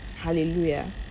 Hallelujah